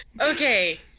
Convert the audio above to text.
Okay